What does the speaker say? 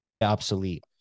obsolete